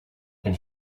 and